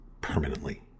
permanently